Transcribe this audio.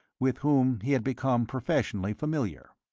with whom he had become professionally familiar.